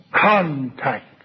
Contact